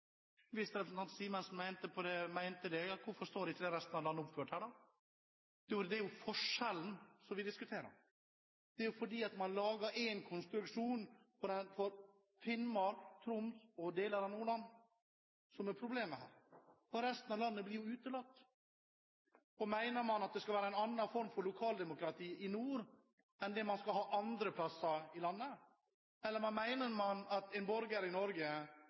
Hvis representanten Simensen mente det, hvorfor står da ikke resten av landet oppført her? Det er jo forskjellen vi diskuterer. Det er det at man lager en konstruksjon for Finnmark, Troms og deler av Nordland, som er problemet her. Resten av landet blir jo utelatt. Mener man at det skal være en annen form for lokaldemokrati i nord enn det man skal ha andre steder i landet? Eller mener man at en borger i Norge